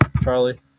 Charlie